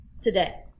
today